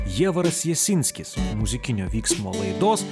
jievaras jasinskis muzikinio vyksmo laidos